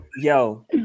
Yo